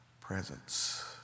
presence